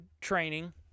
training